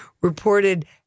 reported